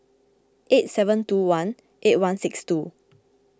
eight seven two one eight one six two